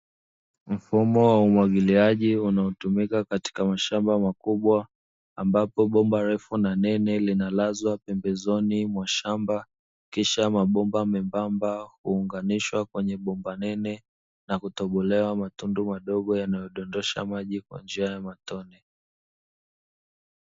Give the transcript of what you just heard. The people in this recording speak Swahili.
Mfumo wa umwagiliaji unaotumika katika mashamba makubwa ambapo bomba refu na nene linalazwa pembezoni mwa shamba, kisha mabomba membamba huunganishwa kwenye bomba nene na kutobolewa matundu madogo yanayodondosha maji kwa njia ya matone.